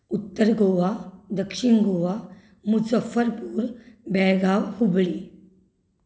उत्तर गोवा दक्षीण गोवा मुजाफ्फरपूर बेळगांव हुबली